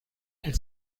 and